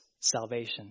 salvation